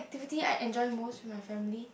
the thing I enjoy most with my family